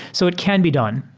so it can be done.